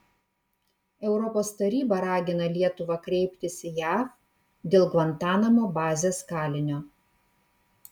europos taryba ragina lietuvą kreiptis į jav dėl gvantanamo bazės kalinio